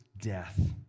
death